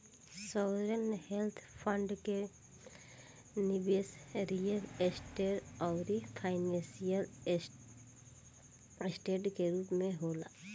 sovereign wealth fund के निबेस real estate आउरी फाइनेंशियल ऐसेट के रूप में होला